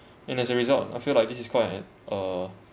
and as a result I feel like this is quite an uh